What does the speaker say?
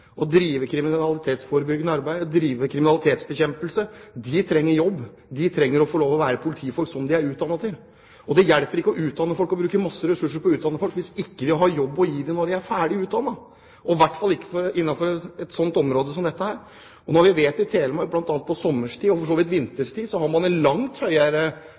å drive kriminalitetsforebyggende arbeid, å drive kriminalitetsbekjempelse. De trenger jobb. De trenger å få lov til å være politifolk, som de er utdannet til. Det hjelper ikke å bruke masse ressurser på å utdanne folk hvis vi ikke har en jobb å gi dem når de er ferdig utdannet, og i hvert fall ikke innenfor et område som dette. Vi vet at det i Telemark, bl.a. på sommerstid, og for så vidt på vinterstid, er en langt høyere